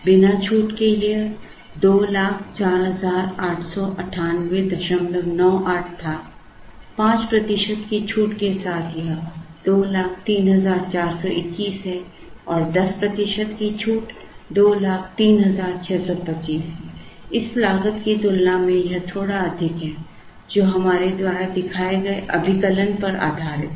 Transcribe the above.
बिना छूट के यह 20489898 था 5 प्रतिशत की छूट के साथ यह 203421 है और 10 प्रतिशत की छूट 203625 इस लागत की तुलना में यह थोड़ा अधिक है जो हमारे द्वारा दिखाए गए अभिकलन पर आधारित है